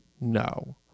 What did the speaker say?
No